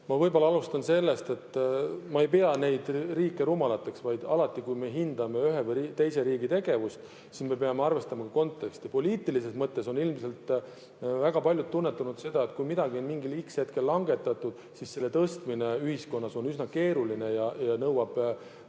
Ma võib‑olla alustan sellest, et ma ei pea neid riike rumalateks, vaid alati, kui me hindame ühe või teise riigi tegevust, siis me peame arvestama ka konteksti. Poliitilises mõttes on ilmselt väga paljud tunnetanud seda, et kui midagi on mingil X‑hetkel langetatud, siis [hiljem] selle tõstmine ühiskonnas on üsna keeruline ja nõuab rohkem